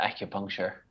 acupuncture